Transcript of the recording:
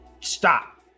stop